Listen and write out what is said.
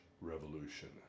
revolution